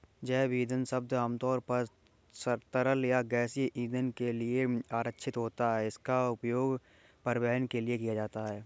जैव ईंधन शब्द आमतौर पर तरल या गैसीय ईंधन के लिए आरक्षित होता है, जिसका उपयोग परिवहन के लिए किया जाता है